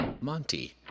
Monty